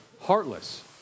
Heartless